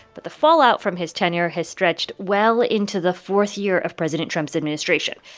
but the fallout from his tenure has stretched well into the fourth year of president trump's administration.